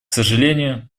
сожалению